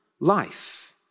life